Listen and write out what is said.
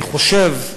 אני חושב,